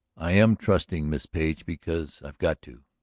i am trusting miss page because i've got to!